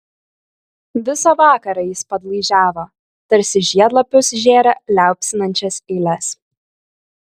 visą vakarą jis padlaižiavo tarsi žiedlapius žėrė liaupsinančias eiles